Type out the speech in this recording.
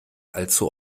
allzu